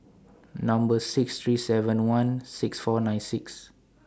Number six three seven one six four nine six